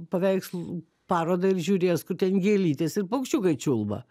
paveikslų parodą ir žiūrės kur ten gėlytės ir paukščiukai čiulba